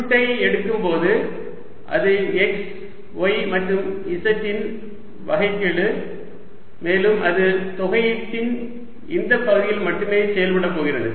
சுருட்டை எடுக்கும்போது அது x y மற்றும் z இன் வகைக்கெழு மேலும் அது தொகையீட்டின் இந்த பகுதியில் மட்டுமே செயல்படப் போகிறது